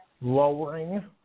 lowering